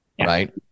right